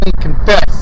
confess